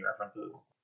references